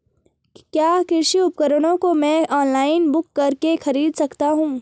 क्या कृषि उपकरणों को मैं ऑनलाइन बुक करके खरीद सकता हूँ?